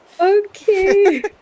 Okay